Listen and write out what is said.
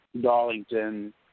Darlington